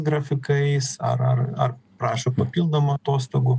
grafikais ar ar ar prašo papildomų atostogų